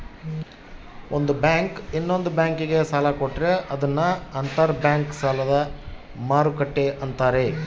ಒಂದು ಬ್ಯಾಂಕು ಇನ್ನೊಂದ್ ಬ್ಯಾಂಕಿಗೆ ಸಾಲ ಕೊಟ್ರೆ ಅದನ್ನ ಅಂತರ್ ಬ್ಯಾಂಕ್ ಸಾಲದ ಮರುಕ್ಕಟ್ಟೆ ಅಂತಾರೆ